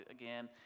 again